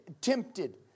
tempted